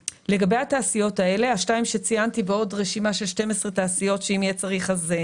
לתעשיות האלה השתיים שציינתי ועוד רשימה של 12 תעשיות שקובי